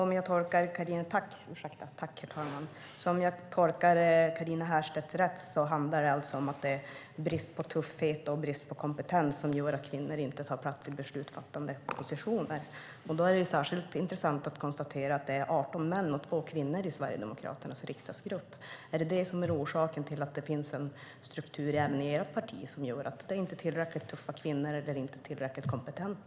Herr talman! Om jag tolkar Carina Herrstedt rätt är det brist på tuffhet och kompetens som gör att kvinnor inte tar plats i beslutsfattande positioner. Då är det särskilt intressant att konstatera att det är 18 män och 2 kvinnor i Sverigedemokraternas riksdagsgrupp. Är orsaken att det finns en struktur även i ert parti som gör att det inte är tillräckligt tuffa eller kompetenta kvinnor?